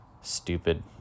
stupid